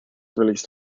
released